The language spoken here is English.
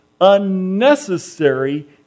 unnecessary